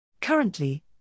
Currently